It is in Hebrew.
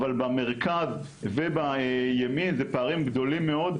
אבל במרכז ובימין זה פערים גדולים מאוד,